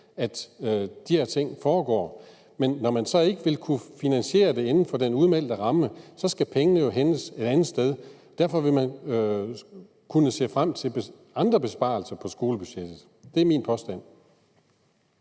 at de her ting foregår, men når man så ikke vil kunne finansiere det inden for den udmeldte ramme, skal pengene jo hentes et andet sted. Derfor vil man kunne se frem til andre besparelser på skolebudgettet. Det er min påstand.